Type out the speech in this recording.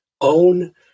own